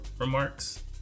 remarks